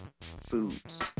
foods